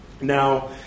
Now